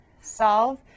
Solve